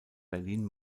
berlin